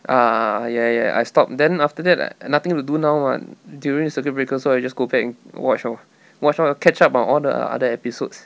ah ah ah ah ya ya ya I stop then after that nothing to do now [what] during the circuit breaker so I just go back and watch lor watch want to catch up on all the other episodes